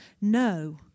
no